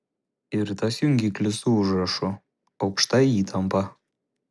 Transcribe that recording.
ir tas jungiklis su užrašu aukšta įtampa